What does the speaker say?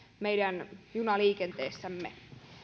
meidän junaliikenteeseemme